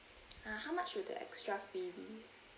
uh how much will the extra fee be